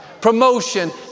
Promotion